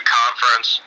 conference